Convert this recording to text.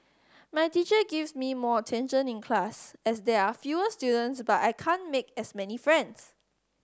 my teacher gives me more attention in class as there are fewer students but I can't make as many friends